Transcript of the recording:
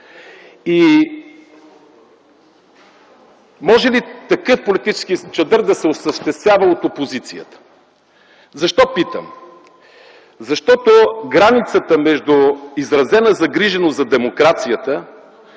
и може ли такъв политически чадър да се осъществява от опозицията? Защо питам? Защото границата между изразена загриженост за демокрацията